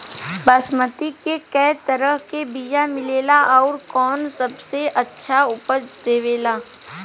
बासमती के कै तरह के बीया मिलेला आउर कौन सबसे अच्छा उपज देवेला?